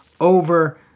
over